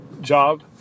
job